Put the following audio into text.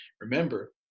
remember